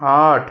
आठ